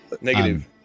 Negative